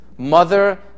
Mother